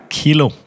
kilo